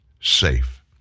safe